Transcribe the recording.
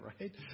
right